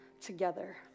together